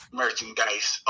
merchandise